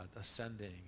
ascending